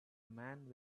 man